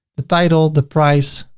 the title, the price,